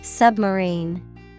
Submarine